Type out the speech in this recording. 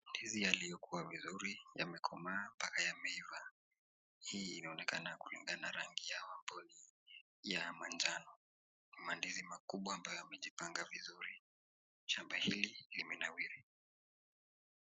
Ndizi yaliyokua vizuri, yamekomaa mpaka yameiva. Hii inaonekana kulingana na rangi yao ambao ni ya manjano. Ni mandizi makubwa yamejipanga vizuri. Shamba hili limenawiri.